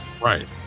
Right